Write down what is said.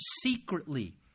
secretly